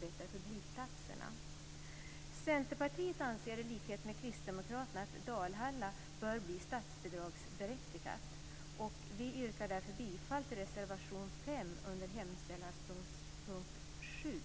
Vi i Centerpartiet anser, i likhet med kristdemokraterna, att Dalhalla bör bli statsbidragsberättigat. Vi yrkar därför bifall till reservation nr 5 under hemställanspunkt 7.